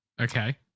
Okay